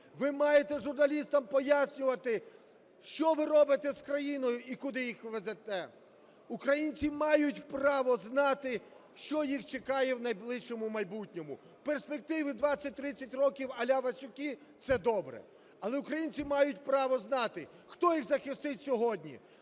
Ви маєте журналістам пояснювати, що ви робите з країною і куди їх ведете, українці мають право знати, що їх чекає в найближчому майбутньому. В перспективі 20-30 років "аля Васюки" – це добре. Але українці мають право знати, хто їх захистить сьогодні,